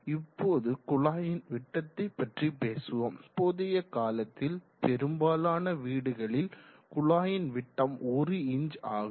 இப்போது குழாயின் விட்டத்தை பற்றி பேசுவோம் தற்போதைய காலத்தில் பெரும்பாலான வீடுகளில் குழாயின் விட்டம் 1 இன்ச் ஆகும்